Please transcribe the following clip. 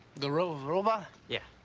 the rove rover? yeah.